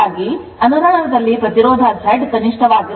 ಹೀಗಾಗಿ ಅನುರಣನದಲ್ಲಿ ಪ್ರತಿರೋಧ Z ಕನಿಷ್ಠವಾಗಿರುತ್ತದೆ